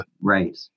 Right